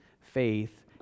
Faith